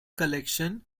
collections